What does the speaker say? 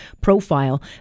profile